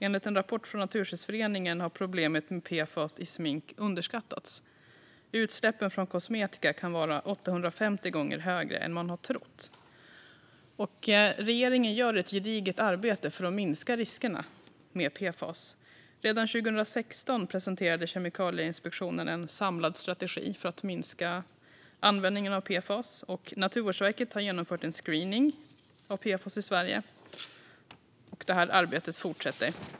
Enligt en rapport från Naturskyddsföreningen har problemet med PFAS i smink underskattats. Utsläppen från kosmetika kan vara 850 gånger högre än man har trott. Regeringen gör ett gediget arbete för att minska riskerna med PFAS. Redan 2016 presenterade Kemikalieinspektionen en samlad strategi för att minska användningen av PFAS, och Naturvårdsverket har genomfört en screening av PFAS i Sverige. Detta arbete fortsätter.